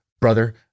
brother